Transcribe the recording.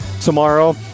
tomorrow